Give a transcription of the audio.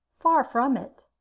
far from it.